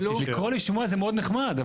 לקרוא לשימוע זה מאוד נחמד.